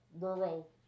rural